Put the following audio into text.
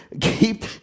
keep